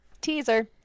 Teaser